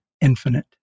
infinite